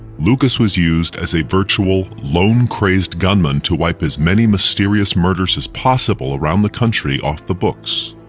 lucas was used as a virtual lone crazed gunman, to wipe as many mysterious murders as possible around the country off the books.